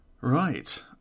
right